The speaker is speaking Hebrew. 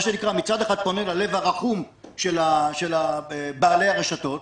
מצד אחד אני פונה ללב הרחום של בעלי הרשתות,